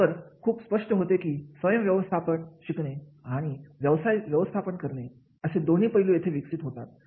यावर खूप स्पष्ट होते की स्वयं व्यवस्थापन शिकणे आणि व्यवसाय व्यवस्थापन करणे असे दोन्ही पैलू येथे विकसित होतात